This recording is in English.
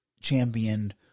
championed